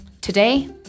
Today